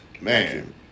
Man